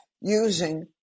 using